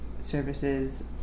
services